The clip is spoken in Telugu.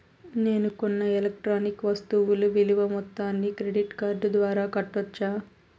నేను కొన్న ఎలక్ట్రానిక్ వస్తువుల విలువ మొత్తాన్ని క్రెడిట్ కార్డు ద్వారా కట్టొచ్చా?